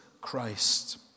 Christ